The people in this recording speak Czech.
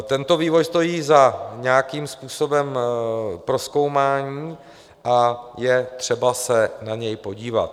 Tento vývoj stojí za nějakým způsobem prozkoumání a je třeba se na něj podívat.